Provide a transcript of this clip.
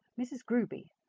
mrs. gruby,